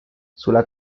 sulla